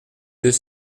deux